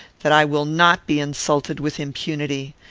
that i will not be insulted with impunity.